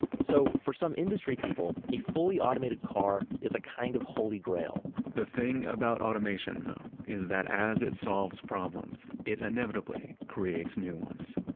so for some industry people, a fully-automated car is a kind of holy grail the thing about automation, though, is that as it solves problems, it inevitably creates new ones